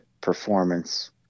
performance